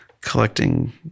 collecting